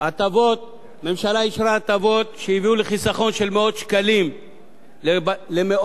הממשלה אישרה הטבות שהביאו לחיסכון של מאות שקלים למאות אלפי בתי-אב,